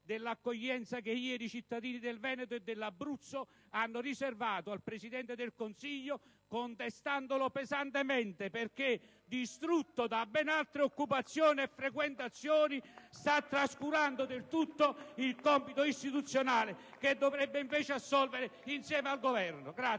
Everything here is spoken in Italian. dell'accoglienza che ieri i cittadini del Veneto e dell'Abruzzo hanno riservato al Presidente del Consiglio*,* contestandolo pesantemente perché, distrutto da ben altre occupazioni e frequentazioni, sta trascurando del tutto il compito istituzionale che dovrebbe invece assolvere insieme al Governo.